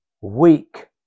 weak